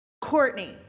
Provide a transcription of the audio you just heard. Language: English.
Courtney